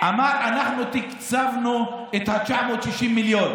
הוא אמר: אנחנו תקצבנו סכום של 960 מיליון.